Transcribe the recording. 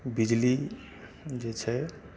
बिजली जे छै